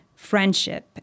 friendship